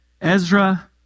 Ezra